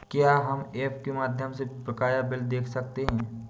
क्या हम ऐप के माध्यम से बकाया बिल देख सकते हैं?